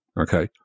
Okay